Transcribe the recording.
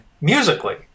musically